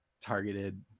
targeted